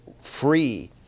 free